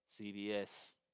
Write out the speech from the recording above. CDS